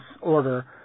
order